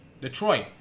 Detroit